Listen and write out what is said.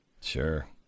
Sure